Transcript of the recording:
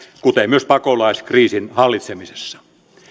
kuten myös pakolaiskriisin hallitsemisessa